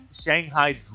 Shanghai